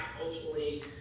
ultimately